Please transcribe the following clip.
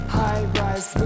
high-rise